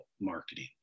marketing